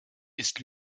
ist